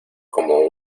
como